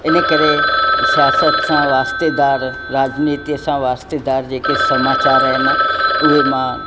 इन करे स्यासत सां वास्तेदारु राॼनीतीअ सां वास्तेदारु जेके समाचार आहिनि उहे मां